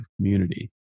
community